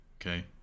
okay